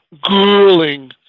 grueling